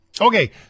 Okay